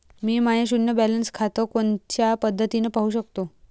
मी माय शुन्य बॅलन्स खातं कोनच्या पद्धतीनं पाहू शकतो?